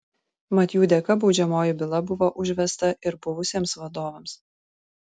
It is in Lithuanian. mat jų dėka baudžiamoji byla buvo užvesta ir buvusiems vadovams